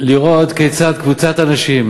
לראות כיצד קבוצת אנשים,